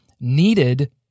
needed